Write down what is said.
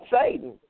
Satan